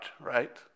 right